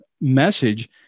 message